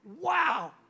Wow